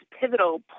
pivotal